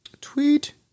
Tweet